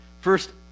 First